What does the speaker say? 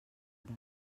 hora